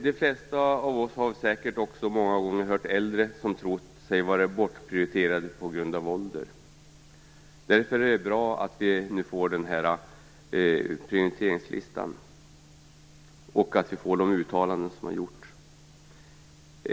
De flesta av oss har säkert också många gånger hört äldre säga att de trott sig vara bortprioriterade på grund av ålder. Därför är det bra att vi nu får den här prioriteringslistan och att vi får de uttalanden som har gjorts.